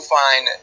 find